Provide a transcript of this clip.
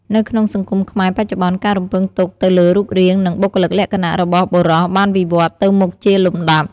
នៅក្នុងសង្គមខ្មែរបច្ចុប្បន្ន ការរំពឹងទុកទៅលើរូបរាង និងបុគ្គលិកលក្ខណៈរបស់បុរសបានវិវឌ្ឍន៍ទៅមុខជាលំដាប់។